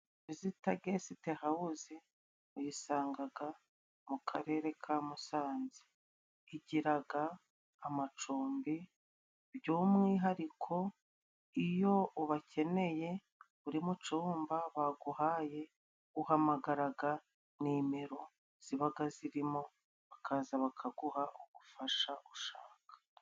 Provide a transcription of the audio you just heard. Bazita geste hawuze uyisangaga mu Karere ka Musanze, igiraga amacumbi by'umwihariko iyo ubakeneye uri mucumba baguhaye, uhamagaraga nimero zibaga zirimo bakaza bakaguha ubufasha ushaka.